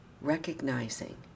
recognizing